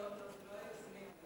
אלה לא היוזמים.